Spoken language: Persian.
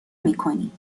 میکنی